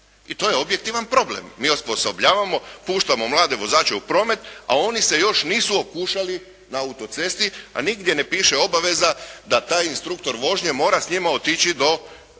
i to je objektivan problem. Mi osposobljavamo, puštamo mlade vozače u promet a oni se još nisu okušali na autocesti a nigdje ne piše obaveza da taj instruktor vožnje mora s njima otići do